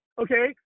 okay